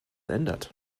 ändert